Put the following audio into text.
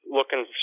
looking